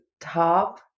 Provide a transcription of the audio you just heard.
top